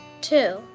Two